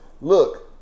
Look